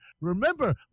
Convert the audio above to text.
Remember